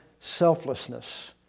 selflessness